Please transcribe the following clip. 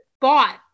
bought